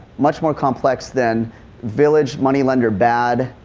much more complex than village money-lender bad,